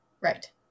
Right